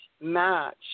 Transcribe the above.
match